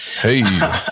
Hey